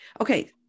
Okay